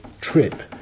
trip